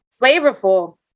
flavorful